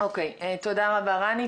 תודה רבה, רני.